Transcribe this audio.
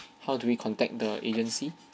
how do we contact the agency